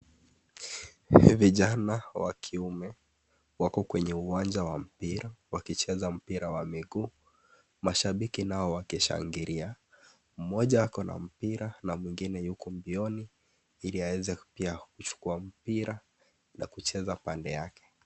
vijana wakieume, wako kwenye uwanja wa mpira wakicheza mpira wa minguu, mashabiki nao wakishangilia. Mmoja wakona mpira na mwigine yuko mbioni, ili aweze pia kuchukua mpira na kucheza pande yake.